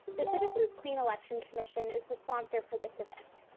the citizens clean election commission is the sponsor for this event.